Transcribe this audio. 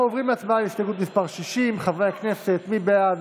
אנחנו עוברים להסתייגות מס' 59. מי בעד?